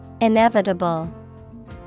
Inevitable